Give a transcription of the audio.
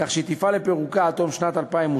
כך שהיא תפעל לפירוקה עד תום שנת 2017,